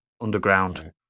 underground